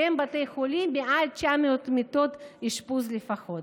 שהם בתי חולים עם 900 מיטות אשפוז לפחות.